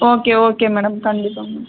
okay okay madam கண்டிப்பாக ma'am